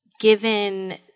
Given